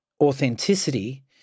authenticity